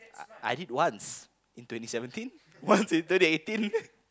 I did once in twenty seventeen once in twenty eighteen